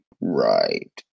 right